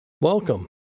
welcome